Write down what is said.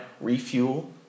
refuel